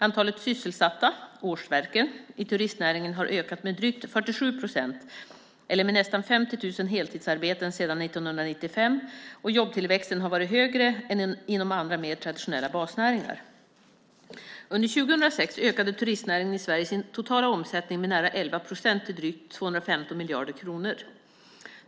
Antalet sysselsatta i turistnäringen har ökat med drygt 47 procent eller med nästan 50 000 heltidsarbeten sedan 1995, och jobbtillväxten har varit högre än inom andra mer traditionella basnäringar. Under 2006 ökade turistnäringen i Sverige sin totala omsättning med nära 11 procent till drygt 215 miljarder kronor.